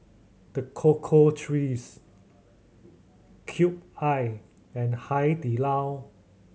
The Cocoa Trees Cube I and Hai Di Lao